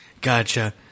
Gotcha